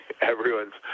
everyone's